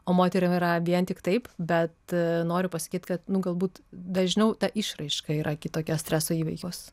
o moterim yra vien tik taip bet noriu pasakyt kad nu galbūt dažniau ta išraiška yra kitokia streso įveikos